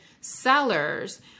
sellers